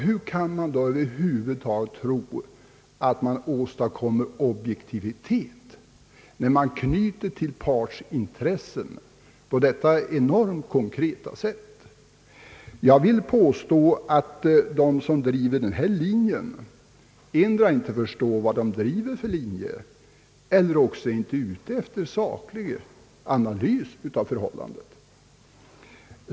Hur kan man då över huvud taget tro att man åstadkommer objektivitet, när man anknyter till partsintressen på detta konkreta sätt? Jag vill påstå att de som driver den här linjen antingen inte förstår vilken linje de driver eller också inte är ute efter en saklig analys av förhållandena.